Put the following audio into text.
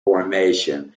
formation